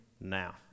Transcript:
now